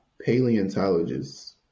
paleontologists